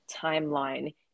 timeline